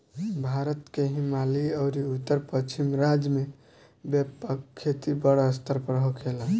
भारत के हिमालयी अउरी उत्तर पश्चिम राज्य में व्यापक खेती बड़ स्तर पर होखेला